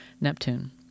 Neptune